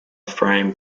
frame